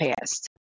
past